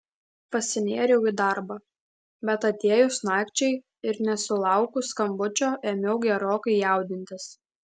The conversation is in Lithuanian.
pasinėriau į darbą bet atėjus nakčiai ir nesulaukus skambučio ėmiau gerokai jaudintis